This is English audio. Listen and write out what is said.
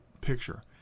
picture